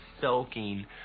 soaking